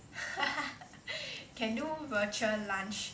can do lunch